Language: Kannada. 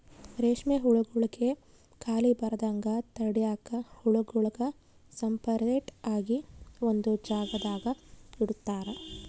ರೇಷ್ಮೆ ಹುಳುಗುಳ್ಗೆ ಖಾಲಿ ಬರದಂಗ ತಡ್ಯಾಕ ಹುಳುಗುಳ್ನ ಸಪರೇಟ್ ಆಗಿ ಒಂದು ಜಾಗದಾಗ ಇಡುತಾರ